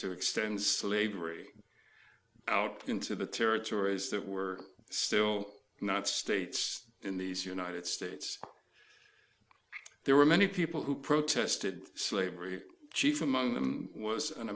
to extend slavery out into the territories that were still not states in these united states there were many people who protested slavery chief among them was an